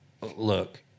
look